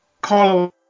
call